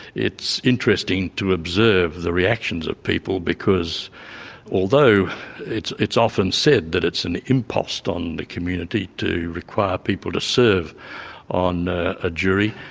it's interesting to observe the reactions of people because although it's it's often said that it's an impost on the community to require people people to serve on a jury,